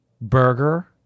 Burger